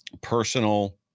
personal